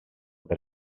per